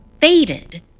faded